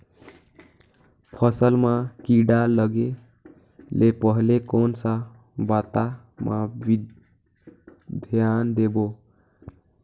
फसल मां किड़ा लगे ले पहले कोन सा बाता मां धियान देबो?